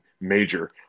major